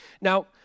Now